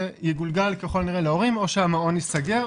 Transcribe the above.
זה יגולגל ככל הנראה להורים או שהמעון ייסגר,